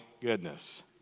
goodness